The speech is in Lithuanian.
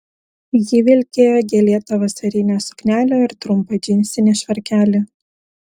ji vilkėjo gėlėtą vasarinę suknelę ir trumpą džinsinį švarkelį